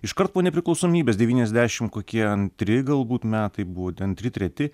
iškart po nepriklausomybės devyniasdešimt kokie antri galbūt metai buvo antri treti